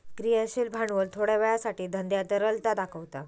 क्रियाशील भांडवल थोड्या वेळासाठी धंद्यात तरलता दाखवता